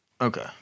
Okay